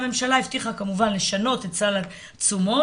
הממשלה הבטיחה כמובן לשנות את סל התשומות